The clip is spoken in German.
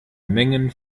mengen